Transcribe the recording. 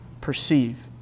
perceive